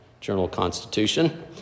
Journal-Constitution